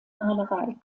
malerei